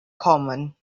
common